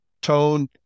tone